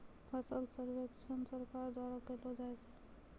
फसल सर्वेक्षण सरकार द्वारा करैलो जाय छै